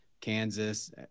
Kansas